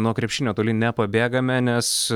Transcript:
nuo krepšinio toli nepabėgame nes